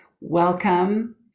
welcome